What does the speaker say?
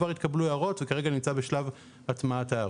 כבר התקבלו הערות וכרגע נמצא בשלב הטמעת ההערות.